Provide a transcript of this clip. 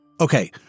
Okay